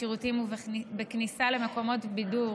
בשירותים ובכניסה למקומות בידור